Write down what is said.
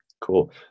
Cool